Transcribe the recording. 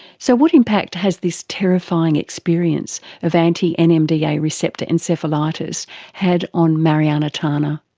so what impact has this terrifying experience of anti-nmda yeah receptor encephalitis had on mariana tana?